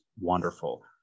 wonderful